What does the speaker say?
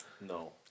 No